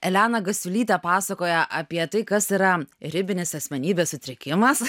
elena gasiulytė pasakoja apie tai kas yra ribinis asmenybės sutrikimas